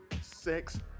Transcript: Six